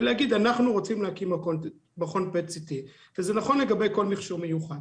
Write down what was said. ולהגיד שאנחנו רוצים להקים מכון PET CT. זה נכון לגבי כל מכשור מיוחד.